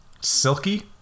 silky